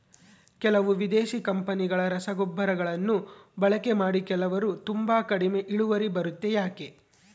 ಕೆಲವು ವಿದೇಶಿ ಕಂಪನಿಗಳ ರಸಗೊಬ್ಬರಗಳನ್ನು ಬಳಕೆ ಮಾಡಿ ಕೆಲವರು ತುಂಬಾ ಕಡಿಮೆ ಇಳುವರಿ ಬರುತ್ತೆ ಯಾಕೆ?